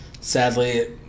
Sadly